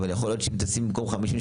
אבל יכול להיות שאם תשים במקום 50,